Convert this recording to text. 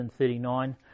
139